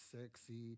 sexy